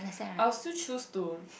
I'll still choose to